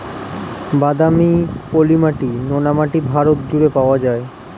বাদামি, পলি মাটি, নোনা মাটি ভারত জুড়ে পাওয়া যায়